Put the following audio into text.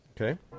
okay